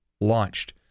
launched